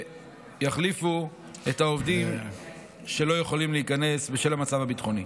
שיחליפו את העובדים שלא יכולים להיכנס בשל המצב הביטחוני.